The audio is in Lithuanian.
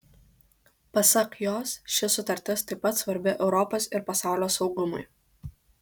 pasak jos ši sutartis taip pat svarbi europos ir pasaulio saugumui